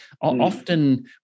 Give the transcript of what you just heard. often